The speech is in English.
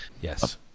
Yes